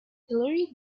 hilary